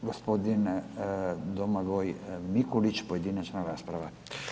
I gospodin Domagoj Mikulić, pojedinačna rasprava.